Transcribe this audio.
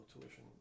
tuition